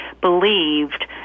believed